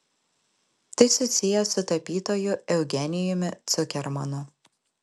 tai susiję su tapytoju eugenijumi cukermanu